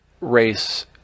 race